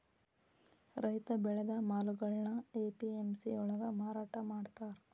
ರೈತ ಬೆಳೆದ ಮಾಲುಗಳ್ನಾ ಎ.ಪಿ.ಎಂ.ಸಿ ಯೊಳ್ಗ ಮಾರಾಟಮಾಡ್ತಾರ್